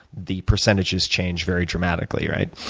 the percentages change very dramatically, right?